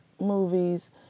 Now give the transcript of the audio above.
movies